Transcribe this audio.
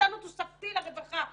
נתנו תוספתי לרווחה,